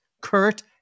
Kurt